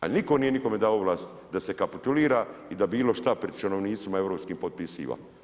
A nitko nije nikome dao ovlast da se kapitulira i da bilo šta pred činovnicima europskim potpisiva.